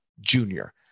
junior